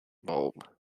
bulb